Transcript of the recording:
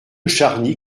charny